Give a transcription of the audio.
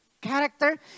character